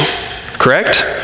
Correct